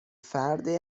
فرد